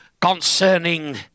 concerning